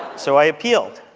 so i appealed,